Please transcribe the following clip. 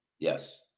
Yes